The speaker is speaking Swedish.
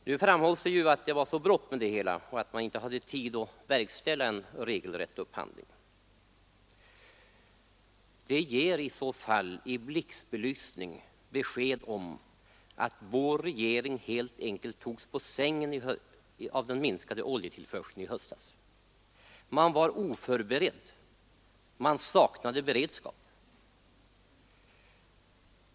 Nu framhålls att det hela brådskade och att man inte hade tid att verkställa regelrätt upphandling. Det ger i så fall i blixtbelysning besked om att vår regering helt enkelt togs på sängen av den minskade oljetillförseln i höstas. Regeringen var oförberedd, och den saknade beredskap.